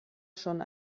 schon